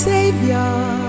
Savior